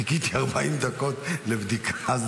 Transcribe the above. חיכיתי 40 דקות לבדיקה.